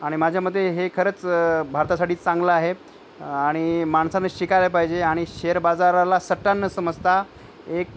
आणि माझ्यामते हे खरंच भारतासाठी चांगलं आहे आणि माणसानं शिकायला पाहिजे आणि शेअर बाजाराला सट्टा न समजता एक